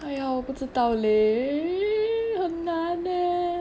!aiya! 我不知道 leh 很难 leh